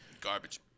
garbage